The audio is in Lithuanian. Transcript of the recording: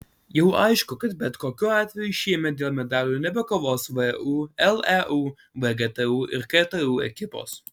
jau aišku kad bet kokiu atveju šiemet dėl medalių nebekovos vu leu vgtu ir ktu ekipos